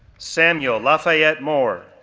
samuel lafayette moore,